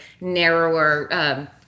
narrower